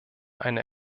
eine